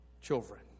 children